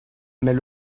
mais